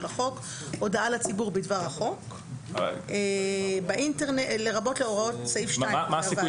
החוק הודעה לציבור בדבר החוק לרבות הוראות סעיף 2. מה הסיכוי